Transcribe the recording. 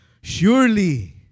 surely